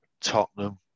Tottenham